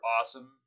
awesome